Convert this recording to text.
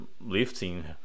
lifting